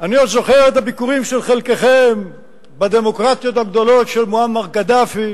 אני עוד זוכר את הביקורים של חלקכם בדמוקרטיות הגדולות של מועמר קדאפי,